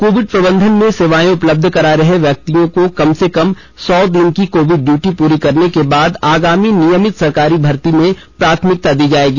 Covid प्रबंधन में सेवाएं उपलब्ध् करा रहे व्यक्तियों को कम से कम सौ दिन की कोविड ड्यूटी पूरी करने के बाद आगामी नियमित सरकारी भर्ती में प्राथमिकता दी जाएगी